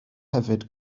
hefyd